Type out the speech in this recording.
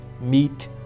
Meet